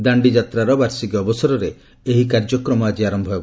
ଦାଣ୍ଡି ମାର୍ଚ୍ଚର ବାର୍ଷିକୀ ଅବସରରେ ଏହି କାର୍ଯ୍ୟକ୍ରମ ଆଜି ଆରମ୍ଭ ହେବ